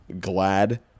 glad